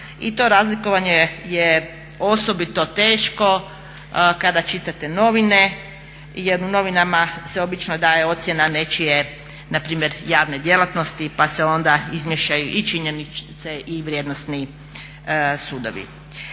I to razlikovanje je osobito teško kada čitate novine jer u novinama se obično daje ocjena nečije npr. javne djelatnosti pa se onda izmiješaju i činjenice i vrijednosni sudovi.